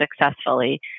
successfully